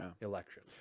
election